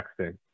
texting